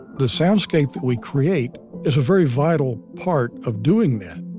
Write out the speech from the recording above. the soundscape that we create is a very vital part of doing that.